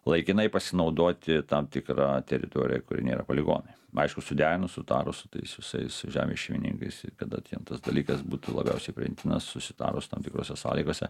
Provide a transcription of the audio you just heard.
laikinai pasinaudoti tam tikra teritorija kuri nėra poligonai aišku suderinus sutarus su tais visais žemės šeimininkais i tada tas dalykas būtų labiausiai priimtinas susitarus tam tikrose sąlygose